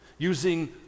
using